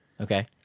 Okay